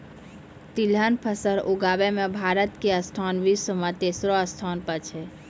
तिलहन फसल उगाबै मॅ भारत के स्थान विश्व मॅ तेसरो स्थान पर छै